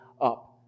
up